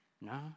no